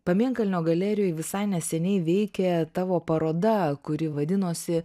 pamėnkalnio galerijoj visai neseniai veikė tavo paroda kuri vadinosi